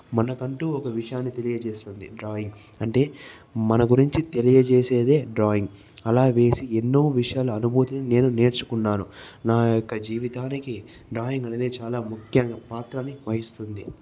మనకంటూ ఒక విషయాన్ని తెలియజేస్తుంది డ్రాయింగ్ అంటే మన గురించి తెలియజేసేది డ్రాయింగ్ అలా వేసి ఎన్నో విషయాలను అనుభూతులను నేను నేర్చుకున్నాను నా యొక్క జీవితానికి డ్రాయింగ్ అనేది చాలా ముఖ్య పాత్ర నిర్వహిస్తుంది